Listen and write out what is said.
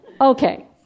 Okay